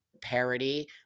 Parody